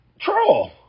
troll